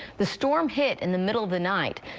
the storm hit in the middle of the night.